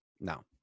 no